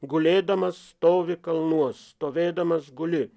gulėdamas stovi kalnuos stovėdamas guli